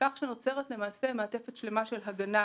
כך שנוצרת מעטפת שלמה של הגנה